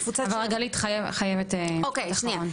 גלית אני מצטערת,